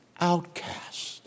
outcast